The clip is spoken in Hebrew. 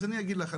אז אני אגיד לך.